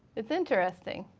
it's interesting.